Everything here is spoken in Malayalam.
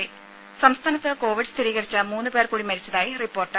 ത സംസ്ഥാനത്ത് കോവിഡ് സ്ഥിരീകരിച്ച മൂന്നു പേർ കൂടി മരിച്ചതായി റിപ്പോർട്ട്